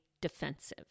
defensive